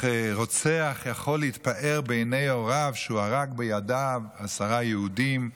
הוא איך רוצח יכול להתפאר בפני הוריו שהוא הרג בידיו עשרה יהודים.